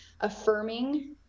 affirming